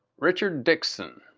richard dixon.